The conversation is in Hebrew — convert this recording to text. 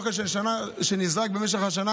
אוכל שנזרק במשך השנה,